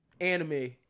anime